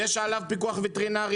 יש עליו פיקוח וטרינרי,